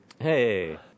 Hey